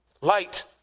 Light